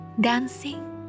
dancing